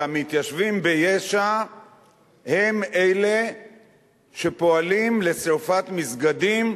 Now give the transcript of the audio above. שהמתיישבים ביש"ע הם אלה שפועלים לשרפת מסגדים